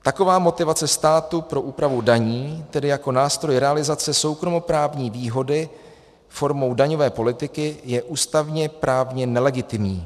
Taková motivace státu pro úpravu daní, tedy jako nástroj realizace soukromoprávní výhody formou daňové politiky, je ústavněprávně nelegitimní.